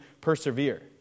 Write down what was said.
persevere